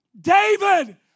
David